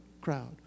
crowd